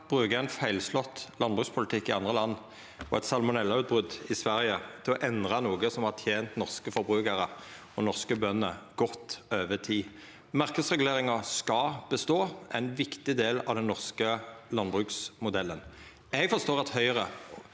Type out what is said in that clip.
bru- ka ein feilslått landbrukspolitikk i andre land og eit salmonellautbrot i Sverige til å endra noko som har tent norske forbrukarar og norske bønder godt over tid. Marknadsreguleringa skal bestå. Det er ein viktig del av den norske landbruksmodellen. Eg forstår at Høgre